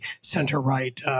center-right